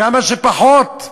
כמה שפחות,